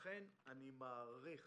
לכן אני מעריך